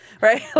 right